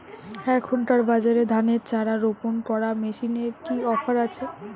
এখনকার বাজারে ধানের চারা রোপন করা মেশিনের কি অফার আছে?